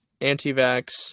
anti-vax